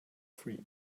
free